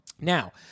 Now